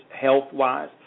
health-wise